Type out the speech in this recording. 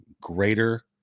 greater